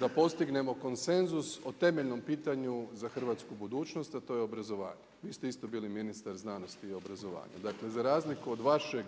da postignemo konsenzus o temeljnom pitanju za hrvatsku budućnost, a to je obrazovanje. Vi ste isto bili ministar znanosti i obrazovanja, dakle za razliku od vašeg